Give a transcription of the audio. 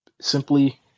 simply